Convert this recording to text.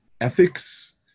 ethics